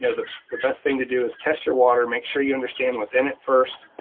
you know the the best thing to do is test your water, make sure you understand what's in it first,